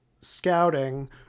scouting